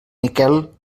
miquel